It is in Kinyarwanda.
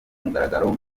mugaragaro